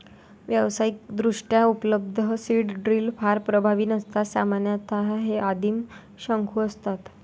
व्यावसायिकदृष्ट्या उपलब्ध seed drill फार प्रभावी नसतात सामान्यतः हे आदिम शंकू असतात